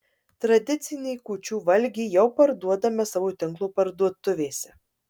tradicinį kūčių valgį jau parduodame savo tinklo parduotuvėse